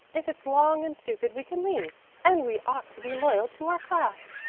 if it's long and stupid we can leave and we ought to be loyal to our class.